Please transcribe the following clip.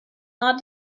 not